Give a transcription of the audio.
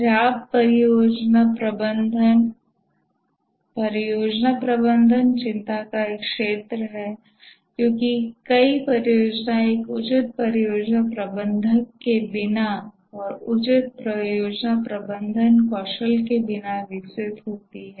खराब परियोजना प्रबंधन परियोजना प्रबंधन चिंता का एक क्षेत्र है क्योंकि कई परियोजनाएं एक उचित परियोजना प्रबंधक के बिना और उचित परियोजना प्रबंधन कौशल के बिना विकसित होती हैं